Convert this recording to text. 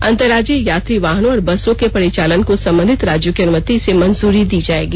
अंतर्राजीय यात्री वाहनों और बसों के परिचालन को संबंधित राज्यों की अनुमति से मंजूरी दी जाएगी